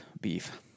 beef